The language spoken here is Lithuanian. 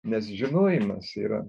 nes žinojimas yra